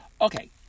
Okay